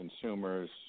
consumers